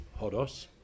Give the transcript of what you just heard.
hodos